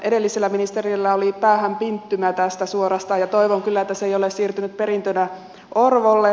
edellisellä ministerillä oli päähänpinttymä tästä suorastaan ja toivon kyllä että se ei ole siirtynyt perintönä orvolle